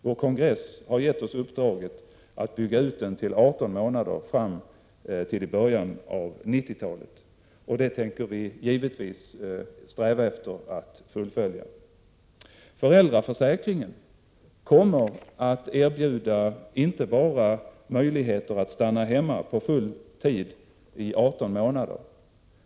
Vår kongress har givit oss uppdraget att bygga ut den till 18 månader fram till början av 1990-talet, och det tänker vi givetvis sträva efter att fullfölja. Föräldraförsäkringen kommer att erbjuda inte bara möjligheter att stanna hemma på full tid i 18 månader.